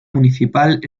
municipal